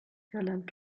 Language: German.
irland